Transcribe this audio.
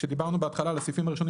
כשדיברנו בהתחלה על הסעיפים הראשונים